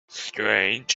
strange